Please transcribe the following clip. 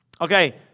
Okay